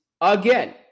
Again